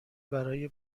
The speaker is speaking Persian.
برای